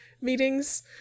meetings